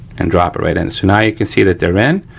and drop it right in. so now you can see that they're in.